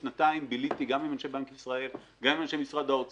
נבון להגיד את העניין הזה